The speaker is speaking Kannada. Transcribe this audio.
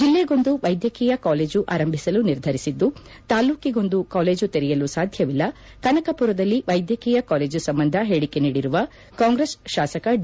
ಜಿಲ್ಲೆಗೊಂದು ವೈದ್ಯಕೀಯ ಕಾಲೇಜು ಆರಂಭಿಸಲು ನಿರ್ಧರಿಸಿದ್ದು ತಾಲ್ಡೂಕಿಗೊಂದು ಕಾಲೇಜು ತೆರೆಯಲು ಸಾಧ್ಯವಿಲ್ಲ ಕನಕಪುರದಲ್ಲಿ ವೈದ್ಯಕೀಯ ಕಾಲೇಜು ಸಂಬಂಧ ಹೇಳಿಕೆ ನೀಡಿರುವ ಕಾಂಗ್ರೆಸ್ ಶಾಸಕ ಡಿ